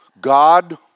God